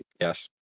Yes